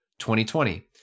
2020